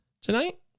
tonight